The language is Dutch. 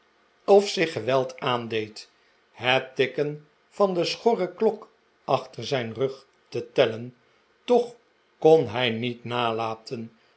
of zich geweld aandeed het tikken van de schorre klok achter zijn rug te tellen toch kon hij niet nalaten